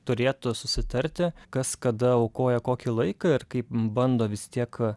turėtų susitarti kas kada aukoja kokį laiką ir kaip bando vis tiek